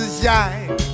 shine